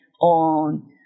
on